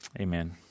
Amen